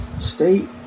state